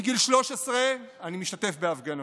מגיל 13 אני משתתף בהפגנות.